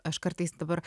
aš kartais dabar